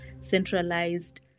centralized